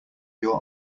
your